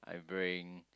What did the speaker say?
bring